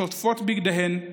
שוטפות בגדיהן,